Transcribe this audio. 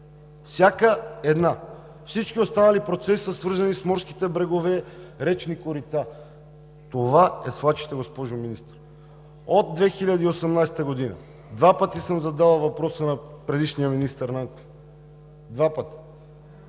Всяко едно! Всички останали процеси са свързани с морските брегове и речните корита. Това е свлачище, госпожо Министър! От 2018 г. два пъти съм задавал въпроса на предишния министър – Нанков. Два пъти!